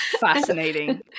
Fascinating